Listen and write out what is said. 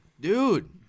dude